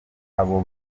abo